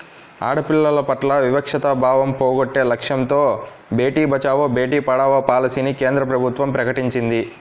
ఆడపిల్లల పట్ల వివక్షతా భావం పోగొట్టే లక్ష్యంతో బేటీ బచావో, బేటీ పడావో పాలసీని కేంద్ర ప్రభుత్వం ప్రకటించింది